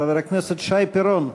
חבר הכנסת שי פירון.